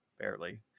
barely